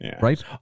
right